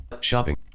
shopping